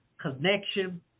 connection